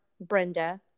Brenda